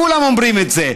כולם אומרים את זה,